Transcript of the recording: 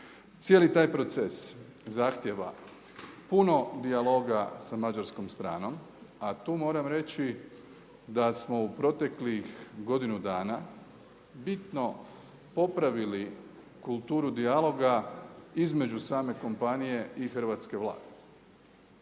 Cijeli taj proces zahtijeva puno dijaloga sa mađarskom stranom, a tu moram reći da smo u proteklih godinu dana bitno popravili kulturu dijaloga između same kompanije i hrvatske Vlade.